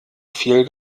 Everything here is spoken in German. viel